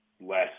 less